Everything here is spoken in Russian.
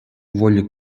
воли